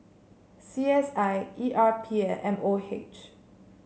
C S I E R P and M O H